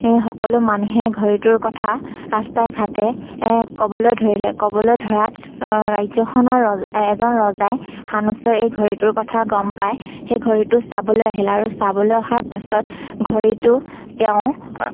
সকলো মানুহে ঘড়ীটোৰ কথা ৰাস্তাই ঘাটে ক'বলৈ ধৰিলে ক'বলৈ ধৰাত ৰাজ্যখনৰ ৰজ এজন ৰজাই সানুচৰ এই ঘড়ীটোৰ কথা গম পায় সেই ঘড়ীটো চাবলৈ আহিলে আৰু চাবলৈ অহাৰ পাছত ঘড়ীটো তেওঁ